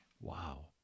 Wow